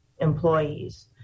employees